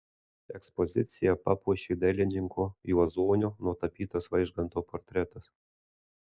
ekspoziciją papuošė dailininko juozonio nutapytas vaižganto portretas